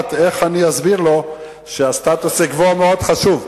ואיך אני אסביר לו שהסטטוס-קוו חשוב מאוד.